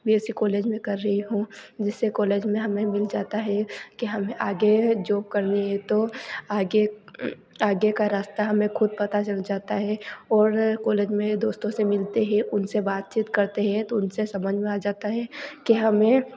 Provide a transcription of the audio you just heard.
BSc college में कर रही हूँ जिससे कॉलेज में हमें मिल जाता है कि हमें आगे जॉब करनी है तो आगे आगे का रास्ता हमें खुद पता चल जाता है और कॉलेज में दोस्तों से मिलते हैं उनसे बातचीत करते हैं तो उनसे समझ में आ जाता है कि हमें